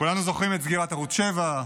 כולנו זוכרים את סגירת ערוץ 7,